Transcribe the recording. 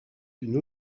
une